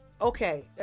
Okay